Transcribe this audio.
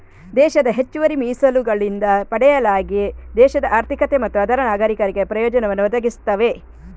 ದೇಶದ ಹೆಚ್ಚುವರಿ ಮೀಸಲುಗಳಿಂದ ಪಡೆಯಲಾಗಿ ದೇಶದ ಆರ್ಥಿಕತೆ ಮತ್ತು ಅದರ ನಾಗರೀಕರಿಗೆ ಪ್ರಯೋಜನವನ್ನು ಒದಗಿಸ್ತವೆ